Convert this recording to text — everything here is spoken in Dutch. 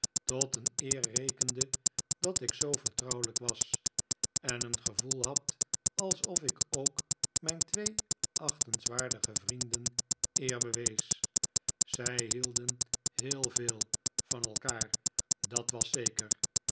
tot een eer rekende dat ik zoo vertrouwelijk was en een gevoel had alsof ik ook mijn twee achtenswaardige vrienden eer bewees zij hielden heel veel van elkaar dat was zeker